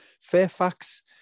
Fairfax